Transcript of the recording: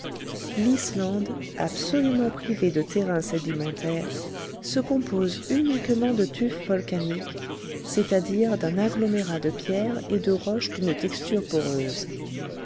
l'islande absolument privée de terrain sédimentaire se compose uniquement de tuf volcanique c'est-à-dire d'un agglomérat de pierres et de roches d'une texture poreuse